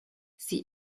sie